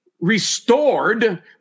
restored